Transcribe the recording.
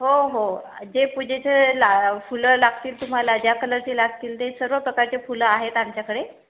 हो हो जे पूजेचे ला फुलं लागतील तुम्हाला ज्या कलरचे लागतील ते सर्व प्रकारचे फुलं आहेत आमच्याकडे